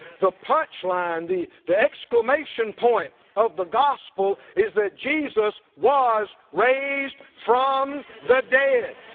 the punch line. the the exclamation point of the gospel is that jesus was raised from the dead!